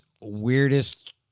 weirdest